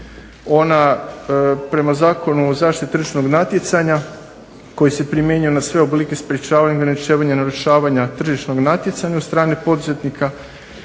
Ona prema Zakonu o zaštiti tržišnog natjecanja koji se primjenjuju na sve oblike sprečavanja, narušavanja tržišnog natjecanja od strane poduzetnika